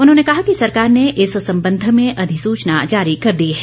उन्होंने कहा कि सरकार ने इस संबंध में अधिसूचना जारी कर दी है